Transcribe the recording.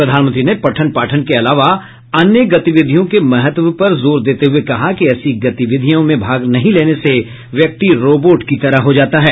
प्रधानमंत्री ने पठन पाठन के अलावा अन्य गतिविधियों के महत्व पर जोर देते हुए कहा कि ऐसी गतिविधियां में भाग नहीं लेने से व्यक्ति रॉबोट की तरह हो जाता है